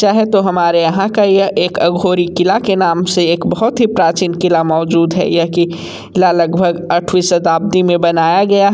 चाहें तो हमारे यहाँ का यह एक अघोरी क़िला के नाम से एक बहुत ही प्राचीन क़िला मौजूद है यह कि लगभग आठवीं शताब्दी में बनाया गया